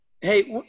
Hey